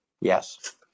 Yes